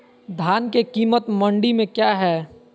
धान के कीमत मंडी में क्या है?